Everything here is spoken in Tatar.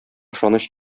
ышаныч